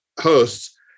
hosts